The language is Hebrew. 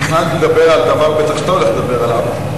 תכננתי לדבר על דבר שאתה בטח הולך לדבר עליו.